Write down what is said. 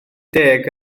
deg